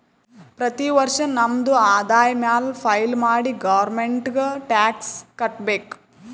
ಪ್ರತಿ ವರ್ಷ ನಮ್ದು ಆದಾಯ ಮ್ಯಾಲ ಫೈಲ್ ಮಾಡಿ ಗೌರ್ಮೆಂಟ್ಗ್ ಟ್ಯಾಕ್ಸ್ ಕಟ್ಬೇಕ್